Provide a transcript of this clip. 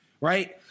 right